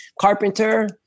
carpenter